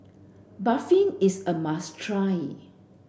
Barfi is a must try